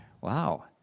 Wow